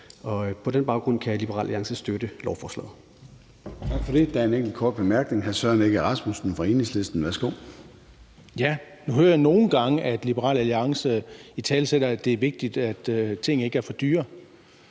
På den baggrund kan Liberal Alliance støtte lovforslaget.